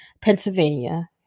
Pennsylvania